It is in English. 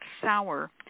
sour